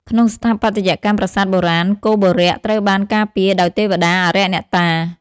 ក្នុងស្ថាបត្យកម្មប្រាសាទបុរាណ គោបុរៈ ត្រូវបានការពារដោយទេព្តាអារក្សអ្នកតា។